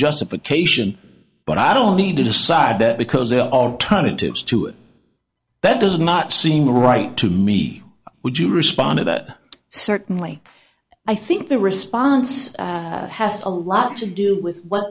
justification but i don't need to decide that because the alternative to it better than not seem right to me would you responded that certainly i think the response has a lot to do with what